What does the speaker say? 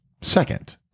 second